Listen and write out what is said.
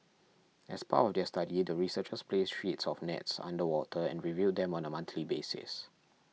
as part of their study the researchers placed sheets of nets underwater and reviewed them on a monthly basises